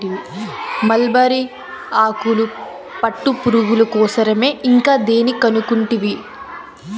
mulberry ఆకులు పట్టుపురుగుల కోసరమే ఇంకా దేని కనుకుంటివి